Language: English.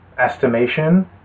estimation